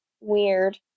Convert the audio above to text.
weird